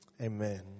Amen